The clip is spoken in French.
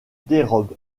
dérobe